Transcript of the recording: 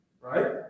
right